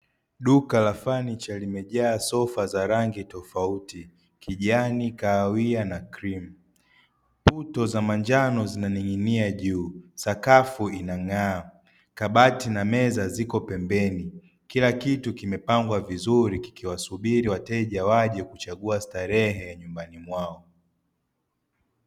Duka la fanicha limejaa sofa za rangi tofauti: kijani, kahawia na krimu; puto za manjano zinaning'inia juu; sakafu inang'aa; kabati na meza zipo pembeni; kila kitu kimepangwa vizuri kikiwasubiri wateja waje kuchagua starehe nyumbani mwao.